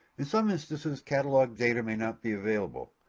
in some instances catalog data may not be available,